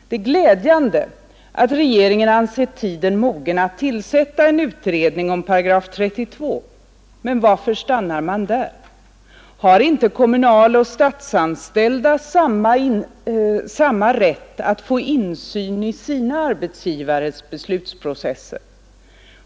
Det är glädjande att regeringen ansett tiden mogen att tillsätta en utredning om § 32, men varför stannar man där? Har inte kommunaloch statsanställda samma rätt att få insyn i sina arbetsgivares beslutsprocesser?